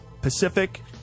Pacific